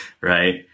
right